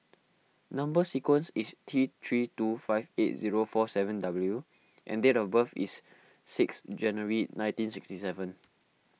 Number Sequence is T three two five eight zero four seven W and date of birth is six January nineteen sixty seven